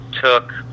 took